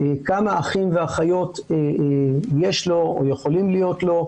כמה אחים ואחיות יש לו או יכולים להיות לו,